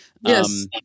Yes